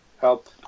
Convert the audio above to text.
help